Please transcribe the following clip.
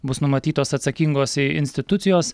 bus numatytos atsakingos institucijos